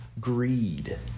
greed